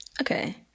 okay